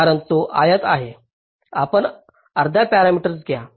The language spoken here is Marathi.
कारण तो आयत आहे आपण अर्धा पॅरामीटर घ्या